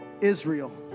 Israel